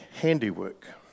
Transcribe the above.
handiwork